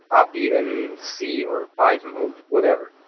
api and c, or python, or whatever.